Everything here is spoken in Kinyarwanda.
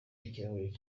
ikirahuri